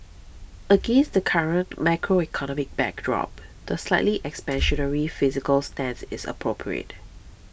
against the current macroeconomic backdrop the slightly expansionary fiscal stance is appropriate